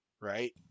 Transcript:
Right